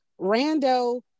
rando